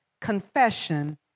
confession